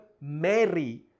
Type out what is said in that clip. Mary